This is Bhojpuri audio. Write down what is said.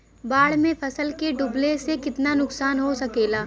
बाढ़ मे फसल के डुबले से कितना नुकसान हो सकेला?